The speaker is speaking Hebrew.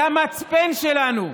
זה המצפן שלנו.